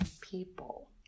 people